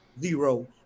zero